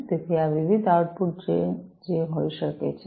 તેથી આ વિવિધ આઉટપુટ છે જે હોઈ શકે છે